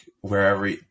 wherever